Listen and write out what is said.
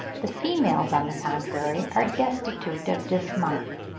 the females, on the contrary, are destitute of this mark.